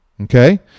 okay